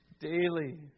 daily